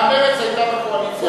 גם מרצ הייתה בקואליציה.